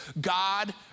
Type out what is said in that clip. God